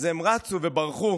אז הם רצו וברחו,